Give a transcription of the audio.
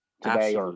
today